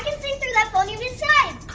see through that phony disguise!